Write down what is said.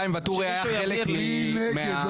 מי נגד?